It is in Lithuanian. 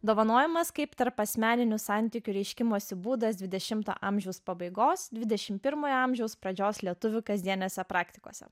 dovanojimas kaip tarpasmeninių santykių reiškimosi būdas dvidešimto amžiaus pabaigos dvidešim pirmojo amžiaus pradžios lietuvių kasdienėse praktikose